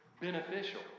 beneficial